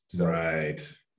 Right